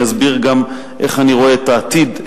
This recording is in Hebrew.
אני אסביר גם איך אני רואה את העתיד,